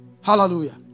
Hallelujah